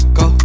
go